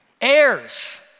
heirs